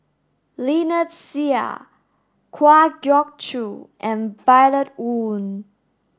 Lynnette Seah Kwa Geok Choo and Violet Oon